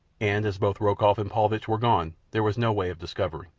and as both rokoff and paulvitch were gone, there was no way of discovering.